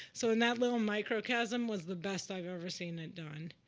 so in that little microcosm was the best i've ever seen it done.